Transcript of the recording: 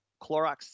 Clorox